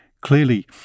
clearly